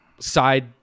side